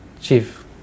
chief